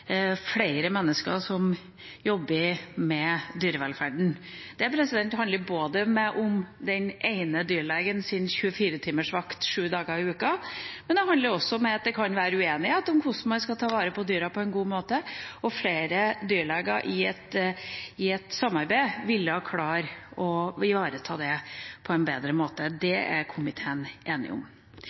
flere mennesker som jobber med dyrevelferden. Det handler om den ene dyrlegens 24-timers vakt sju dager i uka, men det handler også om at det kan være uenighet om hvordan man skal ta vare på dyrene på en god måte, og flere dyrleger i et samarbeid ville ha klart å ivareta det på en bedre måte. Det er komiteen enig om.